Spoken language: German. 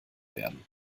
werden